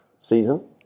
season